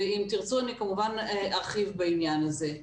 ואם תרצו כמובן ארחיב בעניין הזה.